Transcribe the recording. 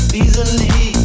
easily